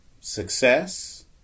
success